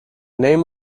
name